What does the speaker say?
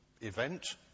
event